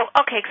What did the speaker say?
okay